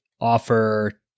offer